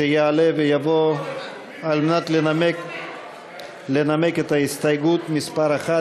שיעלה ויבוא לנמק את ההסתייגות מס' 1